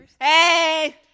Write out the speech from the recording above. Hey